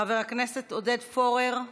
חבר הכנסת עודד פורר,